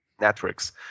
networks